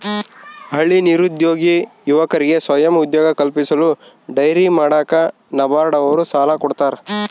ಹಳ್ಳಿ ನಿರುದ್ಯೋಗಿ ಯುವಕರಿಗೆ ಸ್ವಯಂ ಉದ್ಯೋಗ ಕಲ್ಪಿಸಲು ಡೈರಿ ಮಾಡಾಕ ನಬಾರ್ಡ ನವರು ಸಾಲ ಕೊಡ್ತಾರ